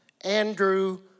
Andrew